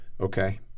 Okay